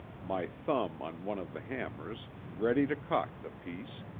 my thumb on one of the hammers, ready to cock the piece,